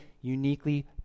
uniquely